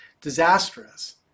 disastrous